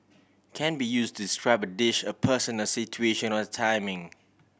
can be use to describe a dish a person a situation or a timing